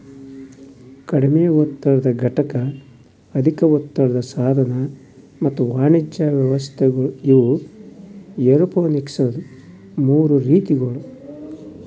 ಕಡಿಮೆ ಒತ್ತಡದ ಘಟಕ, ಅಧಿಕ ಒತ್ತಡದ ಸಾಧನ ಮತ್ತ ವಾಣಿಜ್ಯ ವ್ಯವಸ್ಥೆಗೊಳ್ ಇವು ಏರೋಪೋನಿಕ್ಸದು ಮೂರು ರೀತಿಗೊಳ್